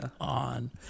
on